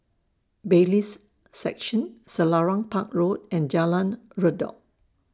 Bailiffs' Section Selarang Park Road and Jalan Redop